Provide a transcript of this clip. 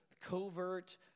covert